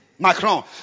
macron